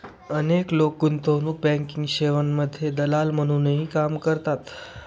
अनेक लोक गुंतवणूक बँकिंग सेवांमध्ये दलाल म्हणूनही काम करतात